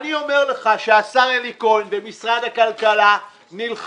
אני אומר לך שהשר אלי כהן ומשרד הכלכלה נלחמים